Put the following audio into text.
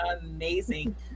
amazing